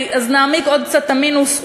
אז נעמיק עוד קצת את המינוס,